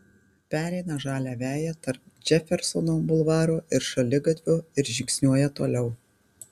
pereina žalią veją tarp džefersono bulvaro ir šaligatvio ir žingsniuoja toliau